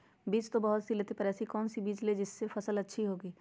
बीज तो बहुत सी लेते हैं पर ऐसी कौन सी बिज जिससे फसल अच्छी होगी?